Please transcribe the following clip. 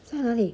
在哪里